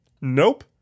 Nope